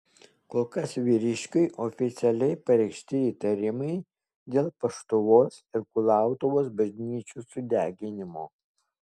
kol kas vyriškiui oficialiai pareikšti įtarimai dėl paštuvos ir kulautuvos bažnyčių sudeginimo